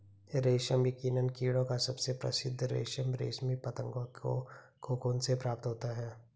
रेशम यकीनन कीड़ों का सबसे प्रसिद्ध रेशम रेशमी पतंगों के कोकून से प्राप्त होता है